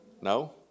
no